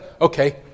Okay